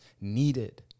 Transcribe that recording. needed